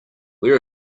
where